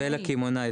זה לקמעונאי,